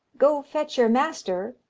go, fetch your master,